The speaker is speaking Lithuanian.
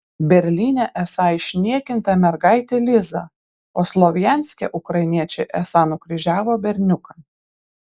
berlyne esą išniekinta mergaitė liza o slovjanske ukrainiečiai esą nukryžiavo berniuką